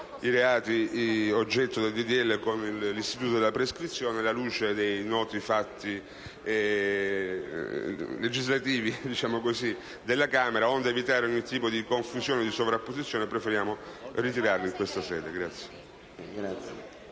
i reati oggetto del disegno di legge con l'istituto della prescrizione. Alla luce dei noti fatti legislativi della Camera, onde evitare ogni tipo di confusione e sovrapposizione, preferiamo ritirarli in questa sede.